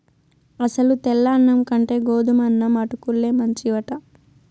అసలు తెల్ల అన్నం కంటే గోధుమన్నం అటుకుల్లే మంచివట